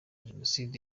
jenoside